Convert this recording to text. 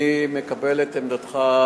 אני מקבל את עמדתך,